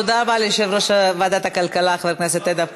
תודה רבה ליושב-ראש ועדת הכלכלה חבר הכנסת איתן כבל.